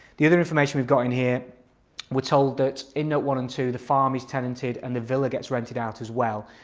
the other information we've got in here we're told that in notes one and two the farm is tenanted and the villa gets rented out as well.